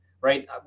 right